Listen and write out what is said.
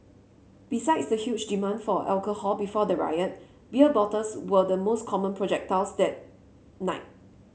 besides the huge demand for alcohol before the riot beer bottles were the most common projectiles that night